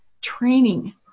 training